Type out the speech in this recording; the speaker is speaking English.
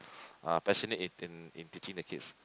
ah passionate in in teaching the kids